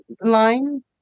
line